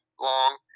long